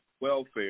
welfare